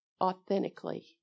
authentically